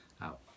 out